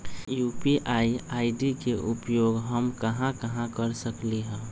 UPI ID के उपयोग हम कहां कहां कर सकली ह?